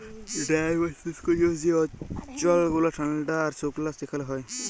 dry বা শুস্ক চাষ যে অল্চল গুলা ঠাল্ডা আর সুকলা সেখালে হ্যয়